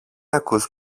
ακούς